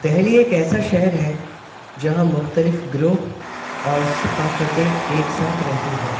دہلی ایک ایسا شہر ہے جہاں مختلف گروہ اور ثقافتیں ایک ساتھ رہتی ہیں